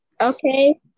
Okay